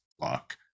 lock